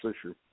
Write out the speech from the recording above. issue